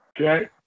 Okay